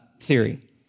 theory